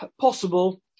possible